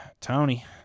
Tony